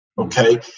okay